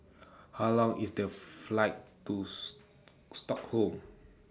How Long IS The Flight Tooth Stockholm